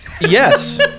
Yes